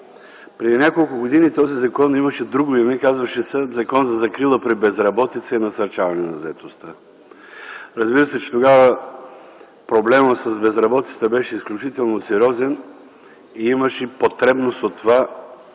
Преди няколко години този закон имаше друго име – казваше се Закон за закрила при безработица и насърчаване на заетостта. Разбира се, че тогава проблемът с безработицата беше изключително сериозен и имаше потребност